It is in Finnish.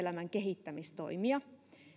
työelämän kehittämistoimia